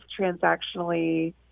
transactionally